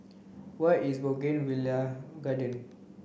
where is Bougainvillea Garden